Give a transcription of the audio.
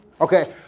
Okay